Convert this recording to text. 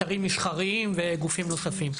אתרים מסחריים וגופים נוספים.